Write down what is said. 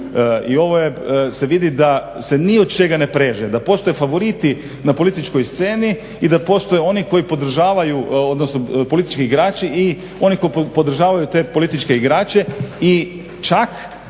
I ovo se vidi da se ni od čega ne preže da postoje favoriti na političkoj sceni i da postoje oni koji politički igrači i oni koji podržavaju te političke igrače i čak